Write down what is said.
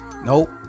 Nope